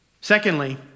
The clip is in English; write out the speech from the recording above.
Secondly